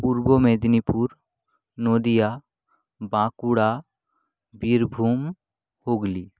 Purba Medinipur Nadia Bankura Birbhum Hooghly